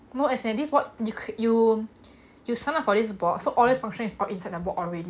no as in this what you you signed up for this bot so all these options all inside the bot already